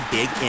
Big